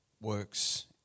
works